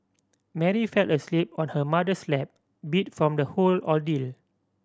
Mary fell asleep on her mother's lap beat from the whole ordeal